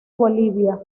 bolivia